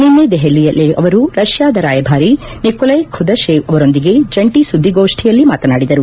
ನಿನ್ನೆ ದೆಹಲಿಯಲ್ಲಿ ಅವರು ರಷ್ಯಾದ ರಾಯಭಾರಿ ನಿಕೊಲೈ ಖುದಶೇವ್ ಅವರೊಂದಿಗೆ ಜಂಟಿ ಸುದ್ದಿಗೋಷ್ಠಿಯಲ್ಲಿ ಮಾತನಾಡಿದರು